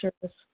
service